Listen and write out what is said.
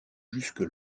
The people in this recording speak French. jusque